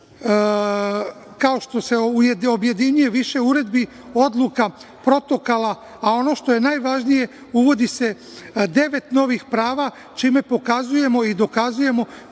kao što se objedinjuje više uredbi, odluka, protokola, a ono što je najvažnije uvodi se devet novih prava, čime pokazujemo i dokazujemo